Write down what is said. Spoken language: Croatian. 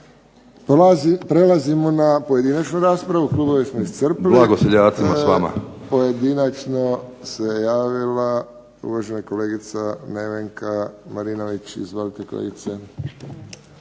Prelazimo na pojedinačnu raspravu, klubove smo iscrpili.